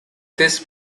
this